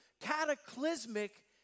cataclysmic